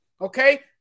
Okay